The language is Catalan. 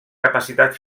capacitat